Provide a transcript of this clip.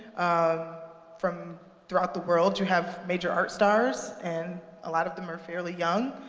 um from throughout the world, you have major art stars, and a lot of them are fairly young,